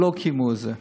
ולא קיימו את זה.